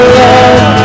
love